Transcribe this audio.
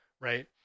right